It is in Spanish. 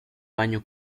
baño